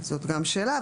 זאת גם שאלה,